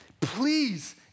please